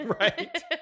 right